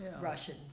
Russian